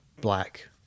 black